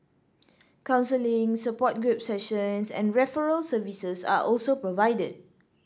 counselling support group sessions and referral services are also provided